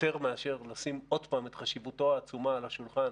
יותר מאשר לשים עוד פעם את חשיבותו העצומה על השולחן